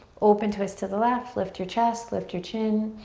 open, twist to the left, lift your chest, lift your chin